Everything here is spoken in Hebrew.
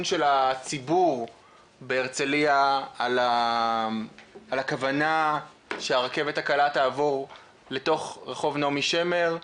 של הציבור בהרצליה על הכוונה שהרכבת הקלה תעבור לתוך רחוב נעמי שמר,